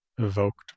evoked